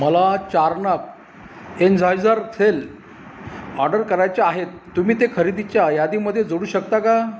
मला चार नग एनझायजर थेल ऑडर करायचे आहेत तुम्ही ते खरेदीच्या यादीमधे जोडू शकता का